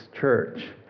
church